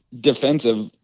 defensive